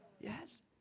Yes